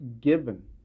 given